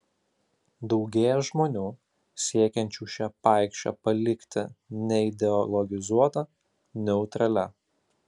daugėja žmonių siekiančių šią paikšę palikti neideologizuota neutralia